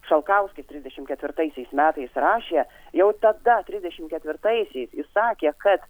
šalkauskis trisdešimt ketvirtaisiais metais rašė jau tada trisdešimt ketvirtaisiais jis sakė kad